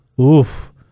Oof